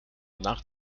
nach